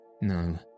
No